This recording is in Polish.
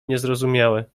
niezrozumiałe